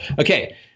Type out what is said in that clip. Okay